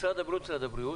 משרד הבריאות,